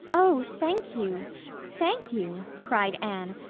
oh, thank you thank you, cried anne,